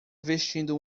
vestindo